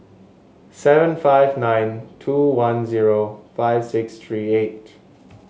seven five nine two one zero five six three eight